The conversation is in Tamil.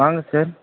வாங்க சார்